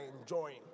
enjoying